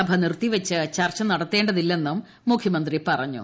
സഭ നിർത്തിവെച്ച് ചർച്ച നടത്തേണ്ടതില്ലെന്നും മുഖ്യമന്ത്രി പറഞ്ഞു